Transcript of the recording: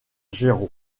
géraud